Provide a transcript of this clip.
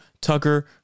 Tucker